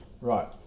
right